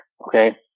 Okay